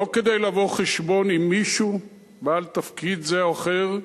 לא כדי לבוא חשבון עם מישהו בעל תפקיד זה או אחר,